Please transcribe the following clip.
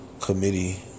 committee